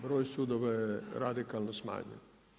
Broj sudova je radikalno smanjen.